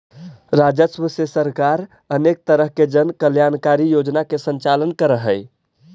राजस्व से सरकार अनेक तरह के जन कल्याणकारी योजना के संचालन करऽ हई